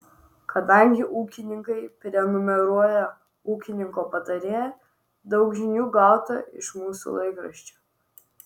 kadangi ūkininkai prenumeruoja ūkininko patarėją daug žinių gauta ir iš mūsų laikraščio